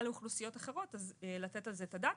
לאוכלוסיות אחרות לתת על זה את הדעת.